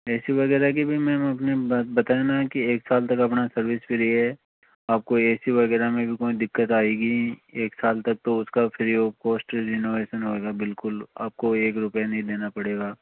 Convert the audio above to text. ए C वगैरह की भी मैम अपने बताना है कि एक साल तक अपना सर्विस फ्री है आपको ए सी वगैरह में भी कोई दिक्कत आएगी एक साल तक तो उसका फ्री ओफ कॉस्ट रिनोवेशन होगा बिल्कुल आपको एक रूपए नहीं देना पड़ेगा